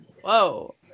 Whoa